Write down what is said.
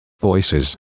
voices